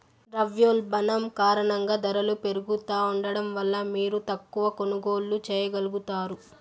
ద్రవ్యోల్బణం కారణంగా దరలు పెరుగుతా ఉండడం వల్ల మీరు తక్కవ కొనుగోల్లు చేయగలుగుతారు